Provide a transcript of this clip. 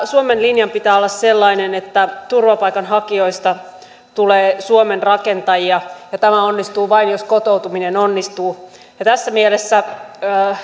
suomen linjan pitää olla sellainen että turvapaikanhakijoista tulee suomen rakentajia ja tämä onnistuu vain jos kotoutuminen onnistuu tässä mielessä